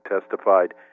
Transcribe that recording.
testified